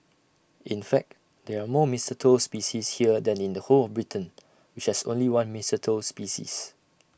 in fact there are more mistletoe species here than in the whole of Britain which has only one mistletoe species